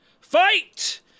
Fight